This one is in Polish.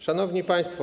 Szanowni Państwo!